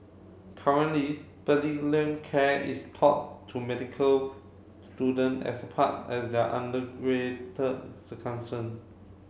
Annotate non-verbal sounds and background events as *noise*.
currently *unintelligible* care is taught to medical student as part as their *unintelligible*